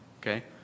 Okay